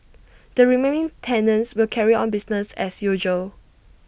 the remaining tenants will carry on business as usual